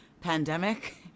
pandemic